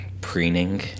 Preening